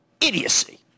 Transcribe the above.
idiocy